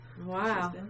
Wow